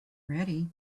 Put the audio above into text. ready